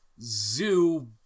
zoo